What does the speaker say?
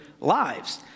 lives